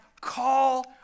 call